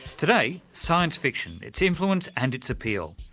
today, science fiction, its influence and its appeal,